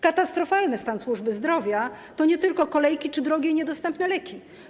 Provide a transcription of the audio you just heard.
Katastrofalny stan służby zdrowia to nie tylko kolejki czy drogie i niedostępne leki.